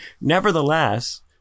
Nevertheless